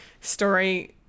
story